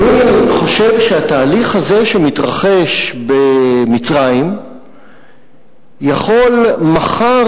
אני חושב שהתהליך הזה שמתרחש במצרים יכול מחר